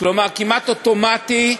כלומר כמעט אוטומטי,